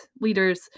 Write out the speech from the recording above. leaders